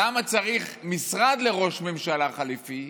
למה צריך משרד לראש ממשלה חליפי,